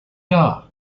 guard